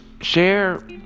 share